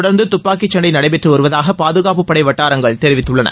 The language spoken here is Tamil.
தொடர்ந்து துப்பாக்கி சண்டை நடைபெற்று வருவதாக பாதுகாப்புப்படை வட்டாரங்கள் தெரிவிவத்துள்ளன